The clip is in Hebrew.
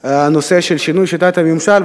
הנושא של שינוי שיטת הממשל,